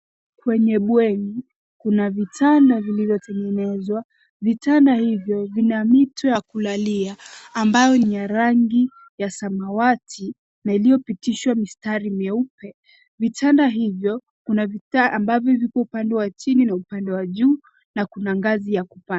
Kwenye bweni, kuna vitanda vilivyotengenezwa. Vitanda hivyo, vina mito ya kulalia, ambayo ni ya rangi ya samawati na iliyopitishwa mistari myeupe. Vitanda hivyo, kuna vitanda ambavyo viko upande wa chini na upande wa juu na kuna ngazi ya kupanda.